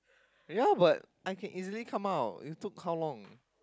ya but I can easily come out you took how long